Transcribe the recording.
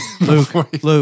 Luke